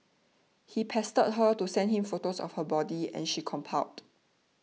he pestered her to send him photos of her body and she complied